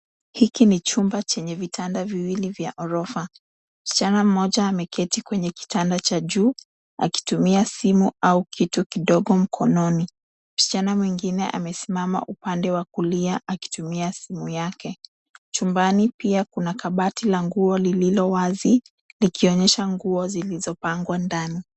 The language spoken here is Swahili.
Hiki ni chumba chenye vitanda viwili vya orofa. Msichana mmoja ameketi kwenye kitanda cha juu akitumia simu au kitu kidogo mkononi. Msichana mwingine amesimama upande wa kulia akitumia simu yake. Chumbani pia kuna kabati la nguo lililo wazi likionyesha nguo zilizopangwa ndani.